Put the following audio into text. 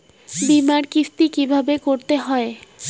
বিমার কিস্তি কিভাবে করতে হয়?